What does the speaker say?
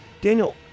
Daniel